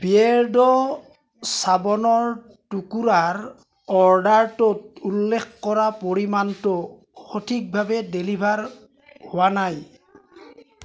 বিয়েৰ্ডো চাবোনৰ টুকুৰাৰ অৰ্ডাৰটোত উল্লেখ কৰা পৰিমাণটো সঠিকভাৱে ডেলিভাৰ হোৱা নাই